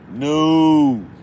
No